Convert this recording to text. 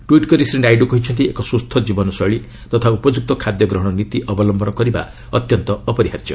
tweet କରି ଶ୍ରୀ ନାଇଡ଼ୁ କହିଛନ୍ତି ଏକ ସୁସ୍ଥ ଜୀବନଶୈଳୀ ତଥା ଉପଯୁକ୍ତ ଖାଦ୍ୟ ଗ୍ରହଣ ନୀତି ଅବଲମ୍ଘନ କରିବା ଅତ୍ୟନ୍ତ ଜରୁରୀ